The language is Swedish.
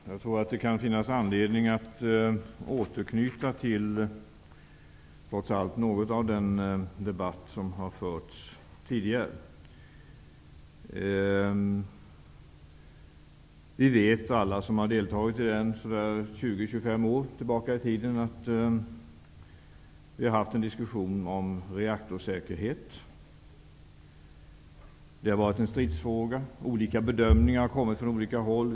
Herr talman! Jag tror att det kan finnas anledning att återknyta till något av den debatt som har förts tidigare. Alla som har deltagit i den så där 20--25 år tillbaka i tiden vet att vi har haft en diskussion om reaktorsäkerhet. Det har varit en stridsfråga. Olika bedömningar har kommit från olika håll.